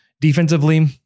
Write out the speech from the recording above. Defensively